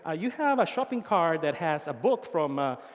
ah you have a shopping cart that has a book from,